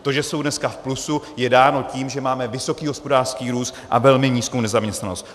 To, že jsou dneska v plusu, je dáno tím, že máme vysoký hospodářský růst a velmi nízkou nezaměstnanost.